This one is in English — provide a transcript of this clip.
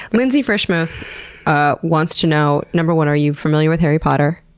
lindsay frischmuth ah wants to know, number one, are you familiar with harry potter?